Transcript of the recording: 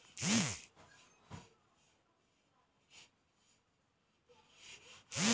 मछरी मारे के बहुते तरीका हौ